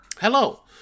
Hello